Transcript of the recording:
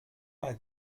bei